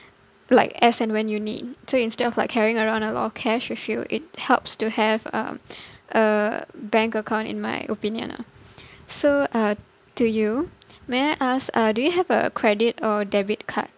like as and when you need so instead of like carrying around a lot of cash with you it helps to have um a bank account in my opinion lah so uh to you may I ask uh do you have a credit or debit card